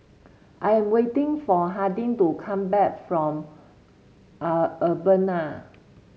I am waiting for Harding to come back from Urbana